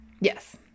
Yes